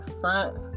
front